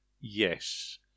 yes